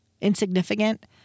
insignificant